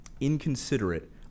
inconsiderate